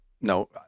no